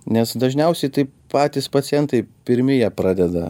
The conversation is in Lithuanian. nes dažniausiai tai patys pacientai pirmi ją pradeda